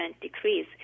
decrease